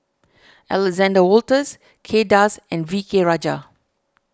Alexander Wolters Kay Das and V K Rajah